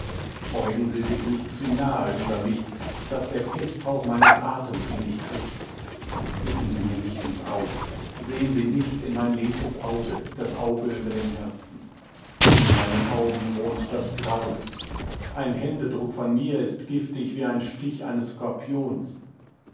beugen sie sich nicht zu nahe über mich daß der pesthauch meines atems sie nicht trifft blicken sie mir nicht ins auge sehen sie nicht in mein linkes auge das auge über dem herzen in meinen augen wohnt das grauen ein händedruck von mir ist giftig wie ein stich eines skorpions